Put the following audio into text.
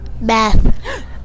Math